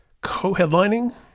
co-headlining